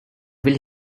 will